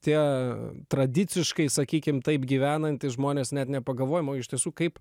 tie tradiciškai sakykim taip gyvenantys žmonės net nepagalvojom o iš tiesų kaip